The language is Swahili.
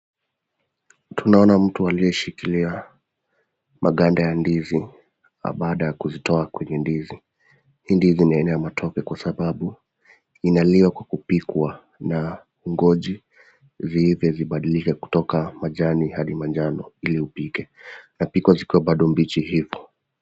Tunaona mtu aliyeshikilia maganda ya ndizi au baada ya kuzitoa kwenye ndizi hii ndizi ni aina ya matoke kwa sababu, inaliwa kwa kupikwa na hungoji liive libadilike kutoka majani hadi manjano ili upike inapikwa bado zikiwa bichi hivo.